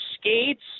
skates